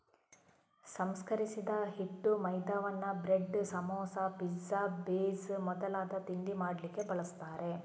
ಸಂಸ್ಕರಿಸಿದ ಹಿಟ್ಟು ಮೈದಾವನ್ನ ಬ್ರೆಡ್, ಸಮೋಸಾ, ಪಿಜ್ಜಾ ಬೇಸ್ ಮೊದಲಾದ ತಿಂಡಿ ಮಾಡ್ಲಿಕ್ಕೆ ಬಳಸ್ತಾರೆ